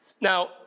Now